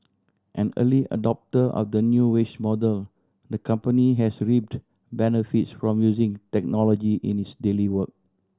an early adopter of the new wage model the company has reaped benefits from using technology in its daily work